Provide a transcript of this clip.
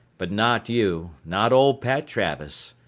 but not you, not old pat travis.